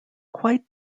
quite